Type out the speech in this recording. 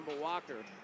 Walker